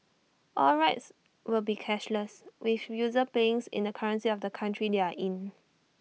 all rides will be cashless with users paying in the currency of the country they are in